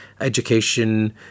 education